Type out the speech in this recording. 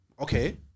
okay